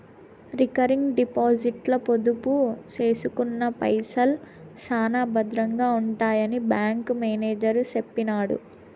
recurring డిపాజిట్ల పొదుపు సేసుకున్న పైసల్ శానా బద్రంగా ఉంటాయని బ్యాంకు మేనేజరు సెప్పినాడు